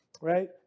right